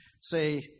say